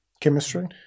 chemistry